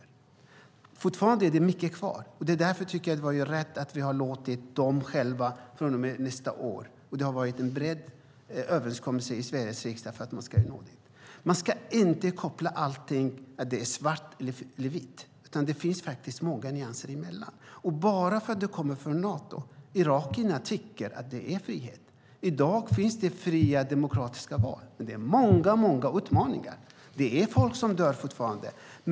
Det är fortfarande mycket kvar, och därför tycker jag att det är rätt att vi låter dem själva ta över från och med nästa år. Det har varit en bred överenskommelse om det i Sveriges riksdag. Man ska inte koppla allting till att det är svart eller vitt, utan det finns många nyanser däremellan. Vad är det för frihet de har fått från Nato? Irakierna tycker att det är frihet. I dag har de fria, demokratiska val. Men det finns många utmaningar. Fortfarande dör folk.